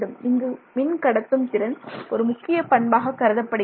இங்கு மின்கடத்தும் திறன் ஒரு முக்கிய பண்பாகக் கருதப்படுகிறது